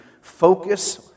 focus